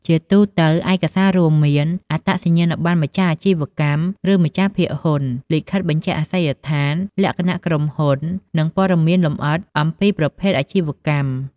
ជាទូទៅ ឯកសាររួមមាន អត្តសញ្ញាណប័ណ្ណម្ចាស់អាជីវកម្ម ឬម្ចាស់ភាគហ៊ុន លិខិតបញ្ជាក់អាសយដ្ឋាន លក្ខណៈក្រុមហ៊ុន និង ព័ត៌មានលម្អិតអំពីប្រភេទអាជីវកម្ម។